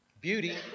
Beauty